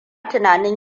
tunanin